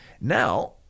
Now